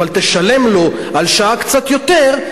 אבל תשלם לו על שעה קצת יותר,